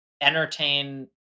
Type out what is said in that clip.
entertain